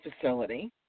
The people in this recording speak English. facility